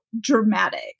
dramatic